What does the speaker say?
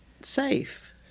safe